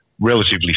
relatively